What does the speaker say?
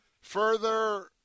further